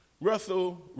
Russell